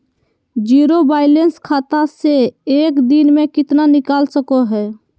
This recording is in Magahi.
जीरो बायलैंस खाता से एक दिन में कितना निकाल सको है?